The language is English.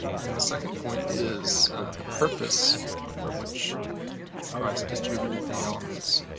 and the second point is the purpose for which christ distributed the elements.